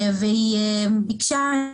והיא ביקשה,